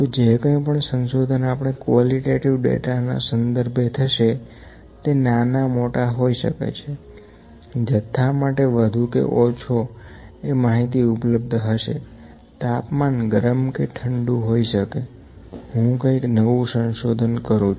તો જે કંઈ પણ સંશોધન આપણે કવોલીટેટીવ ડેટા ના સંદર્ભે થશે તે નાના મોટા હોઈ શકે છેજથ્થા માટે વધુ કે ઓછો એ માહિતી ઉપલબ્ધ હશે તાપમાન ગરમ કે ઠંડુ હોઈ શકે હું કંઇક નવું સંશોધન કરું